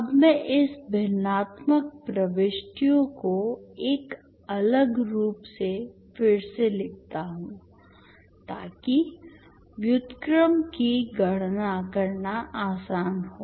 अब मैं इस भिन्नात्मक प्रविष्टियों को एक अलग रूप में फिर से लिखता हूं ताकि व्युत्क्रम की गणना करना आसान हो